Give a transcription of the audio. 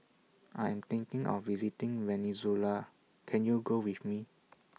I Am thinking of visiting Venezuela Can YOU Go with Me